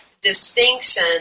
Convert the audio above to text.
distinction